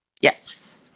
yes